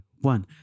one